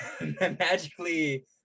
magically